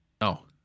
No